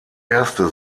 erste